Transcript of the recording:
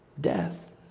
death